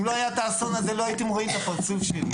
אם לא היה את האסון הזה לא הייתם רואים את הפרצוף שלי.